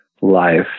life